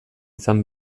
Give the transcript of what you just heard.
izan